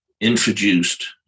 introduced